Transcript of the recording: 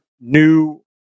new